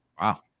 Wow